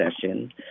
session